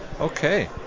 Okay